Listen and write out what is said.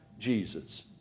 Jesus